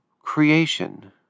creation